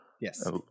Yes